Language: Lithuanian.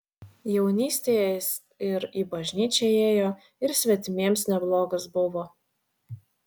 jaunystėje jis ir į bažnyčią ėjo ir svetimiems neblogas buvo